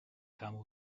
camel